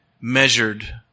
measured